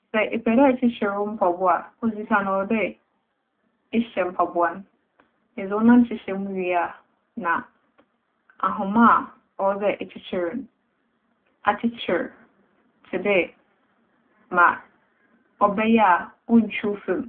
Sɛ epɛ dɛ ekyekyer wo mpabowa a, odzi kan, ͻwͻ dɛ ehyɛ mpabowa no. Edze wo nan hyehyɛ mu wie a na ahoma a ͻwͻ dɛ ekyekyer no, akyekyer tse dɛ ma ͻbɛyɛ a onntwuw famu.